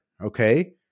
okay